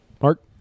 Mark